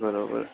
બરોબર